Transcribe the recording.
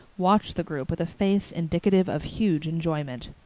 watched the group with a face indicative of huge enjoyment.